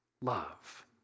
love